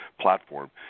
platform